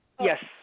Yes